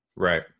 right